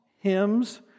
hymns